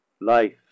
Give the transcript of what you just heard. Life